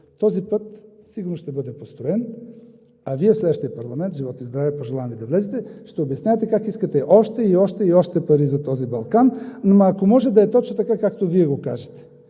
Този път сигурно ще бъде построен, а Вие в следващия парламент – живот и здраве, пожелавам Ви да влезете, ще обяснявате как искате още, и още, и още пари за този Балкан. Но ако може да е точно така, както Вие го кажете.